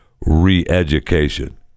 re-education